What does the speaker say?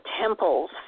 temples